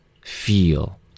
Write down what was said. feel